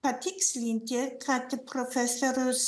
patikslinti kad profesorius